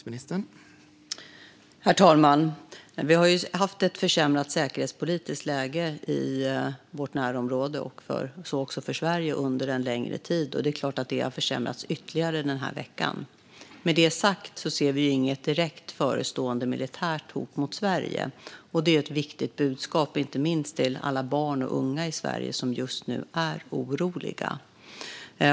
Herr talman! Det har varit ett försämrat säkerhetspolitiskt läge i vårt närområde under en längre tid, så också för Sverige. Det är klart att det har försämrats ytterligare den här veckan. Med det sagt ser vi inget direkt förestående militärt hot mot Sverige. Det är ett viktigt budskap, inte minst till alla barn och unga i Sverige som just nu är oroliga.